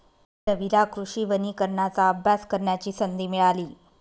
रवीला कृषी वनीकरणाचा अभ्यास करण्याची संधी मिळाली